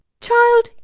child